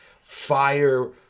fire